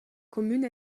commune